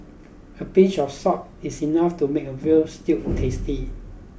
a pinch of salt is enough to make a veal stew tasty